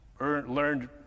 learned